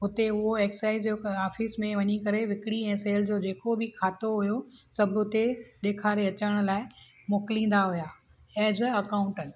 हुते उहो एक्साइस जो ऑफिस में वञी करे विकरी ऐं सेल्स जो जेको बि जेको खातो हुयो सभु हुते ॾेखारे अचण लाइ मोकिलींदा हुया एस अ अकाउंटेंट